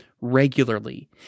regularly